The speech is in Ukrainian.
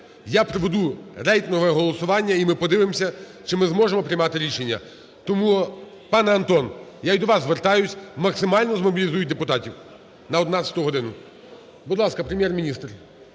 Я проведу рейтингове голосування, і ми подивимося, чи ми зможемо приймати рішення. Тому, пане Антон, я і до вас звертаюсь, максимально змобілізуйте депутатів на 11 годину. Будь ласка, Прем'єр-міністр.